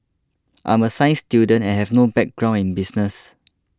I'm a science student and have no background in business